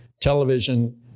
television